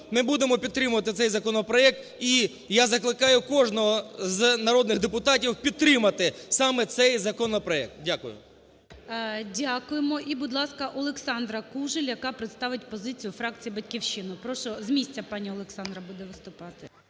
ми будемо підтримувати цей законопроект. І я закликаю кожного з народних депутатів підтримати саме цей законопроект. Дякую. ГОЛОВУЮЧИЙ. Дякуємо. І, будь ласка, Олександра Кужель, яка представить позицію фракції "Батьківщина". Прошу, з місця пані Олександра буде виступати.